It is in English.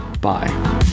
Bye